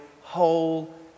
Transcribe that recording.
whole